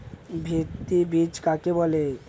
ভিত্তি বীজ কাকে বলে?